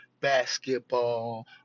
basketball